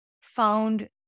found